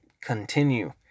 continue